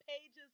pages